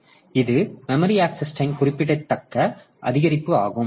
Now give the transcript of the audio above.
எனவே இது memory access time குறிப்பிடத்தக்க அதிகரிப்பு ஆகும்